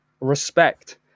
respect